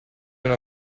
una